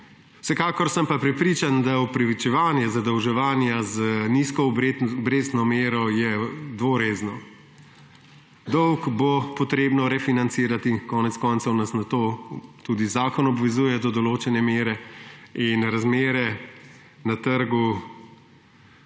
Vsekakor sem pa prepričan, da je opravičevanje zadolževanja z nizko obrestno mero dvorezno. Dolg bo potrebno refinancirati, konec koncev nas k temu tudi zakon obvezuje do določene mere, in razmere na trgu